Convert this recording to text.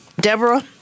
Deborah